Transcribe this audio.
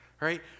right